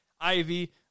Ivy